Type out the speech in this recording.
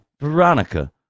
Veronica